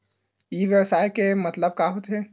ई व्यवसाय के मतलब का होथे?